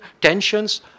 tensions